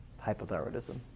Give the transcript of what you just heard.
hypothyroidism